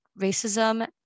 racism